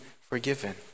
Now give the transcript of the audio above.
forgiven